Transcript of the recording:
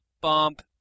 bump